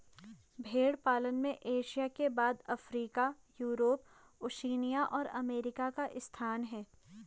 भेंड़ पालन में एशिया के बाद अफ्रीका, यूरोप, ओशिनिया और अमेरिका का स्थान है